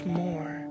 more